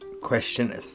Question